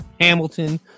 Hamilton